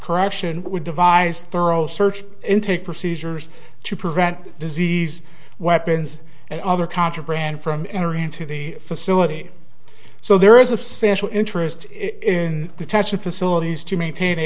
correction would devise thorough search intake procedures to prevent disease weapons and other contraband from entering into the facility so there is a special interest in detention facilities to maintain a